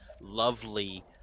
lovely